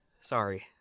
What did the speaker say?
sorry